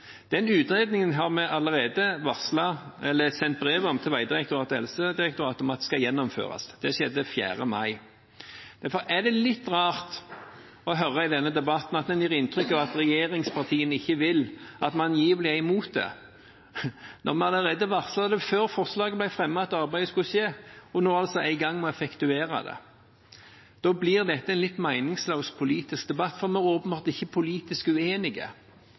den utredningen skal gjennomføres. Det skjedde 4. mai. Derfor er det litt rart å høre i denne debatten at en gir inntrykk av at regjeringspartiene ikke vil – at man angivelig er imot det – når vi allerede varslet før forslaget ble fremmet at arbeidet skulle skje og nå altså er i gang med å effektuere det. Da blir dette en litt meningsløs politisk debatt, for vi er åpenbart ikke politisk uenige.